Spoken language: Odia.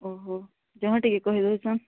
ଜହଁ ଟିକେ କହି ଦଉଛନ୍